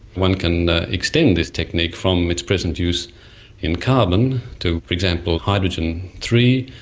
one can extend this technique from its present use in carbon to, for example, hydrogen three,